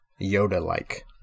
Yoda-like